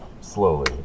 slowly